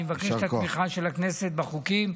אני מבקש את התמיכה של הכנסת בחוקים,